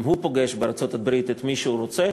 גם הוא פוגש בארצות-הברית את מי שהוא רוצה,